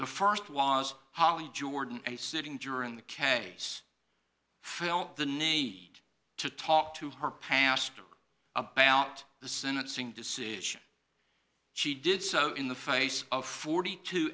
the st was holly jordan a sitting juror in the case felt the knee to talk to her pastor about the sentencing decision she did so in the face of forty two